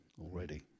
already